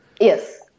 Yes